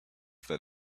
that